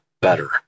better